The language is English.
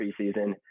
preseason